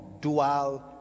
dual